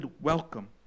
welcome